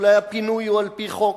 אולי הפינוי הוא על-פי חוק.